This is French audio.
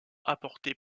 apportée